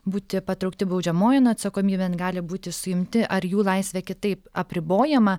būti patraukti baudžiamojon atsakomybėn gali būti suimti ar jų laisvė kitaip apribojama